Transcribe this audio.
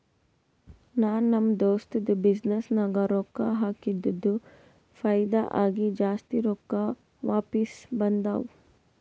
ನಾ ನಮ್ ದೋಸ್ತದು ಬಿಸಿನ್ನೆಸ್ ನಾಗ್ ರೊಕ್ಕಾ ಹಾಕಿದ್ದುಕ್ ಫೈದಾ ಆಗಿ ಜಾಸ್ತಿ ರೊಕ್ಕಾ ವಾಪಿಸ್ ಬಂದಾವ್